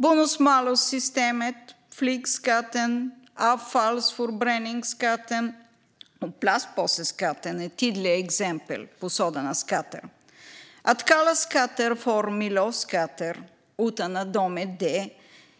Bonus malus-systemet, flygskatten, avfallsförbränningsskatten och plastpåseskatten är tydliga exempel på sådana skatter. Att kalla skatter för miljöskatter utan att de är det